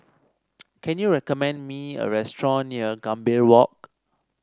can you recommend me a restaurant near Gambir Walk